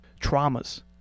traumas